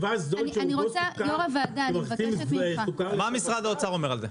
מה משרד האוצר אומר על זה?